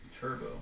turbo